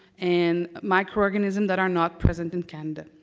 and microorganism that are not present in canada.